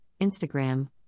Instagram